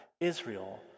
Israel